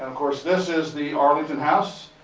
um course this is the arlington house.